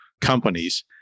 companies